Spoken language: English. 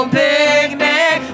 picnic